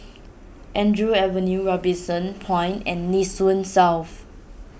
Andrew Avenue Robinson Point and Nee Soon South